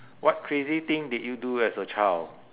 what crazy thing did you do as a child